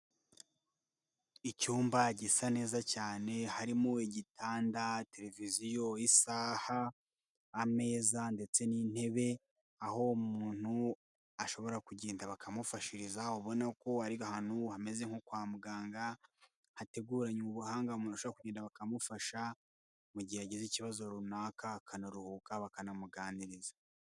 Icyumba gisa neza cyane, harimo igitanda, televiziyo, isaha, ameza, ndetse n'intebe. Aho umuntu ashobora kugenda bakamufashiriza, ubona ko ari ahantu hameze nko kwa muganga, hateguranywe ubuhanga umuntu ashobora kugenda bakamufasha mu gihe yagize ikibazo runaka, akanaruhuka bakanamuganiriza.